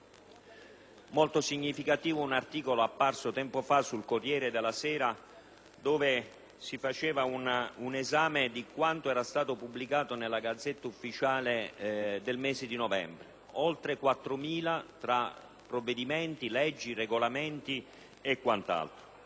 Molto significativo è un articolo apparso tempo fa sul «Corriere della Sera», in cui si faceva un esame di quanto era stato pubblicato nella *Gazzetta Ufficiale* del mese di novembre: oltre 4.000 tra provvedimenti, leggi, regolamenti e quant'altro.